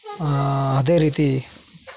ಅದೇ ರೀತಿ